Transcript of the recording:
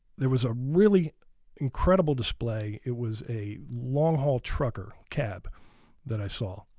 there was a really incredible display. it was a long haul trucker cab that i saw,